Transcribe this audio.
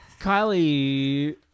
Kylie